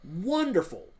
wonderful